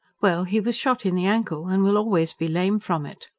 well, he was shot in the ankle, and will always be lame from it.